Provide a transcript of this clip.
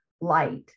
light